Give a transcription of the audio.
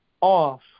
off